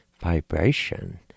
vibration